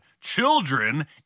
children